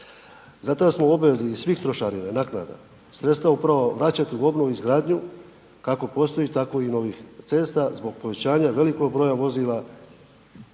Zato smo obavezni iz svih trošarina, naknada, sredstva upravo vraćati u obnovu i izgradnju kako postoji tako i novih cesta zbog povećanja velikog broja vozila.